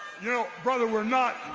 yeah no. brother we are not,